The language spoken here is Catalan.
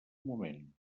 moment